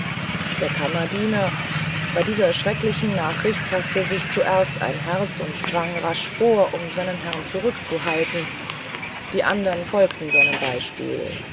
der kammerdiener bei dieser schrecklichen nachricht faßte sich zuerst ein herz und sprang rasch vor um seinen herrn zurückzuhalten die andern folgten seinem beispiel